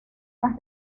las